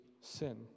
sin